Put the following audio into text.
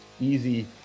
easy